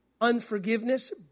unforgiveness